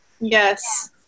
Yes